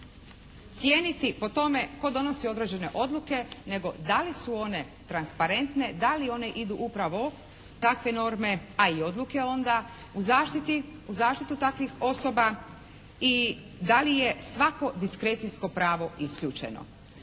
cijeniti po tome tko donosi određene odluke, nego da li su one transparentne, da li one idu upravo takve norme a i odluke onda u zaštitu takvih osoba i da li je svako diskrecijsko pravo isključeno?